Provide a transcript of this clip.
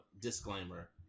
disclaimer